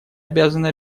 обязаны